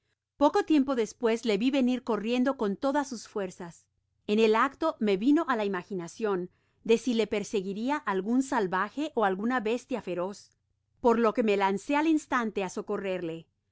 poco tiempo despues le vi venir corriendo con todas sus fuerzas en el acto me vino á la imaginacion de si le persiguiria algun salvaje ó alguna bestia feroz por lo que me lancé al instante á socorrerle